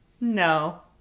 No